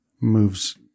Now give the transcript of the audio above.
moves